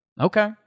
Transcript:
Okay